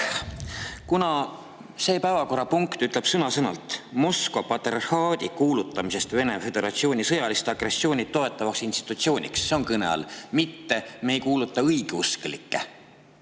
Selle päevakorrapunkti [pealkiri] ütleb sõna-sõnalt: Moskva patriarhaadi kuulutamisest Venemaa Föderatsiooni sõjalist agressiooni toetavaks institutsiooniks. See on kõne all, mitte me ei kuuluta õigeusklikke